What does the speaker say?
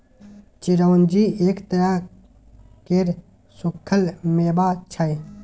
चिरौंजी एक तरह केर सुक्खल मेबा छै